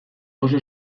oso